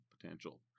potential